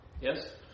Yes